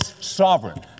sovereign